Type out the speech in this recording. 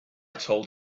told